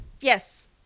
yes